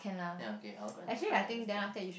ya okay I'll go and find that later